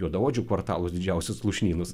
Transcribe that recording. juodaodžių kvartalus didžiausius lūšnynus